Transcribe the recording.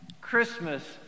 Christmas